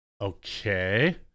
Okay